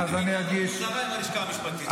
תדבר עם הלשכה המשפטית.